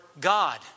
God